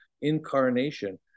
incarnation